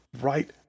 right